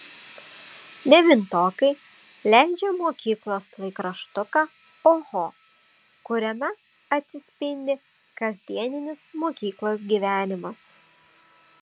devintokai leidžia mokyklos laikraštuką oho kuriame atsispindi kasdieninis mokyklos gyvenimas